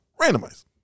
randomize